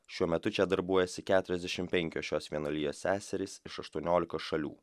šiuo metu čia darbuojasi keturiasdešimt penkios šios vienuolijos seserys iš aštuoniolikos šalių